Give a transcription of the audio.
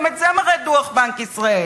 גם את זה מראה דוח בנק ישראל,